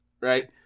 right